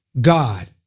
God